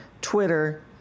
Twitter